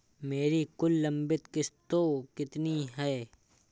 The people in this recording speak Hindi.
मेरी कुल लंबित किश्तों कितनी हैं?